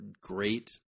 great